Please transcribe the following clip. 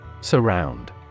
Surround